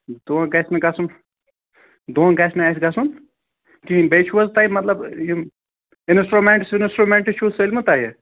دھوکہٕ گژھِ نہٕ گژھُن دھوکہٕ گژھِ نہٕ اَسہِ گژھُن کِہیٖنۍ بیٚیہِ چھُو حظ تۄہہِ مطلب یِم اِنسٹرٛومٮ۪نٛٹٕس وِنسٹرٛومٮ۪نٛٹٕس چھُو سٲلمہِ تۄہہِ